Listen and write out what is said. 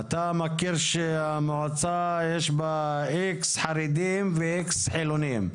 אתה מכיר שהמועצה יש בה X חרדים ו-X חילונים.